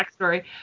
backstory